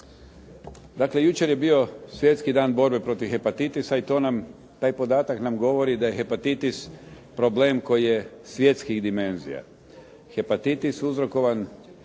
Dakle, jučer je bio Svjetski dan borbe protiv hepatitisa i taj podatak nam govori da je hepatitis problem koji je svjetskih dimenzija. Hepatitis uzrokovan